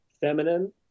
feminine